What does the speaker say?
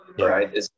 right